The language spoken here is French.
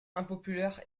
impopulaire